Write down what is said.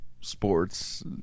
sports